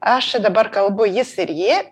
aš dabar kalbu jis ir ji